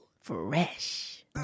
Fresh